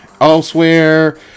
elsewhere